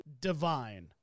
divine